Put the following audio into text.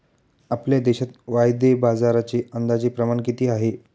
आपल्या देशात वायदे बाजाराचे अंदाजे प्रमाण किती आहे?